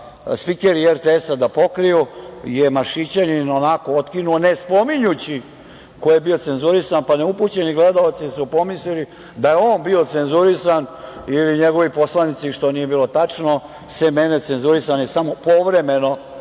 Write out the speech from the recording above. spikeri RTS-a da pokriju je Maršićanin, onako otkinuo ne spominjući ko je bio cenzurisan, pa neupućeni gledaoci su pomislili da je on bio cenzurisan ili njegovi poslanici, što nije bilo tačno. Sem mene cenzurisan je samo povremeno